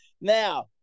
Now